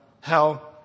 hell